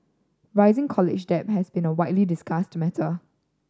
rising college debt has been a widely discussed matter